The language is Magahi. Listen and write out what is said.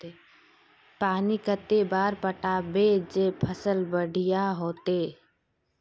पानी कते बार पटाबे जे फसल बढ़िया होते?